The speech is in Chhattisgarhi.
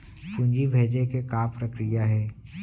पूंजी भेजे के का प्रक्रिया हे?